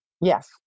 Yes